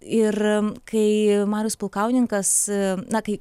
ir kai marius pulkauninkas na kai